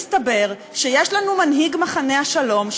מסתבר שיש לנו מנהיג מחנה השלום,